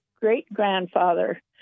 great-grandfather